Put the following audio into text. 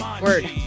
Word